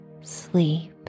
sleep